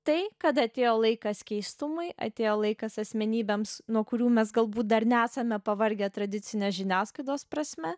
tai kad atėjo laikas keistumui atėjo laikas asmenybėms nuo kurių mes galbūt dar nesame pavargę tradicinės žiniasklaidos prasme